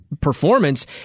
performance